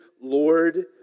Lord